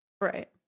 Right